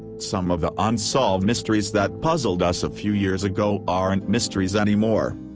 some of the unsolved mysteries that puzzled us a few years ago aren't mysteries anymore.